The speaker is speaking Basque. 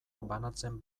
banatzen